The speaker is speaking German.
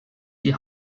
die